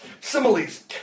similes